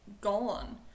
gone